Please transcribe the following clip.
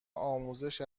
آموزش